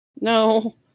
No